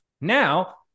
Now